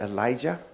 Elijah